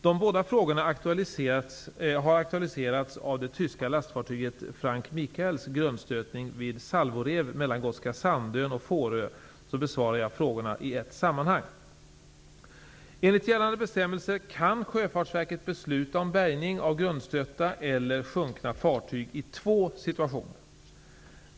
Då båda frågorna har aktualiserats av det tyska lastfartyget Frank Sandön och Fårö, besvarar jag frågorna i ett sammanhang. Enligt gällande bestämmelser kan Sjöfartsverket besluta om bärgning av grundstötta eller sjunkna fartyg i två situationer.